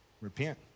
Repent